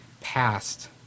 past